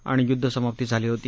आणि युद्धसमाप्ती झाली होती